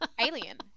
alien